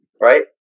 right